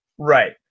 Right